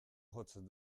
jotzen